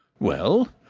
well,